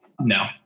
No